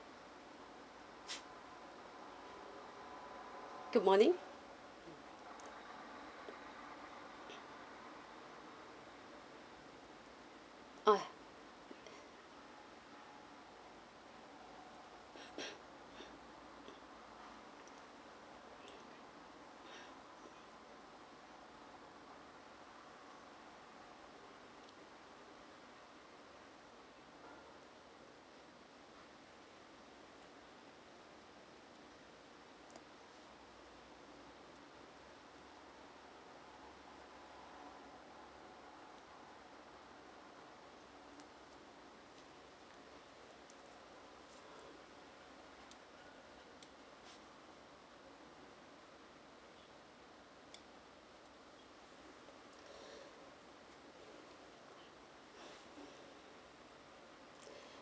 good morning orh